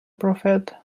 prophet